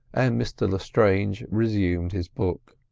and mr lestrange resumed his book.